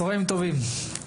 צוהריים טובים,